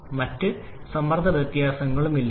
മറ്റ് മൂന്ന് സമ്മർദ്ദ വിവരങ്ങളും ആവശ്യമില്ല